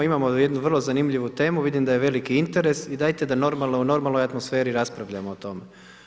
Imamo jednu vrlo zanimljivu temu, vidim da je veliki interes i dajte da normalno u normalnoj atmosferi raspravljamo o tome.